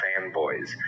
fanboys